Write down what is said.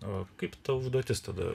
o kaip ta užduotis tada